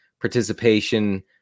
participation